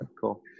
cool